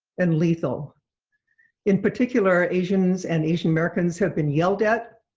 and lethal in particular asians and asian americans have been yelled at,